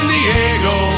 Diego